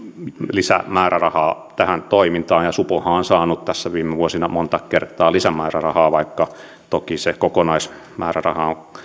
lisämäärärahaa tähän toimintaan supohan on on saanut tässä viime vuosina monta kertaa lisämäärärahaa vaikka toki se kokonaismääräraha on